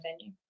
venue